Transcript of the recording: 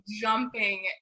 jumping